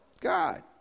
God